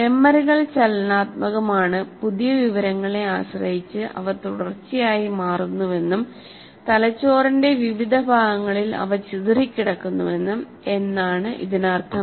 മെമ്മറികൾ ചലനാത്മകമാണ് പുതിയ വിവരങ്ങളെ ആശ്രയിച്ച് അവ തുടർച്ചയായി മാറുന്നുവെന്നും തലച്ചോറിന്റെ വിവിധ ഭാഗങ്ങളിൽ അവ ചിതറിക്കിടക്കുന്നുവെന്നും എന്നാണ് ഇതിനർത്ഥം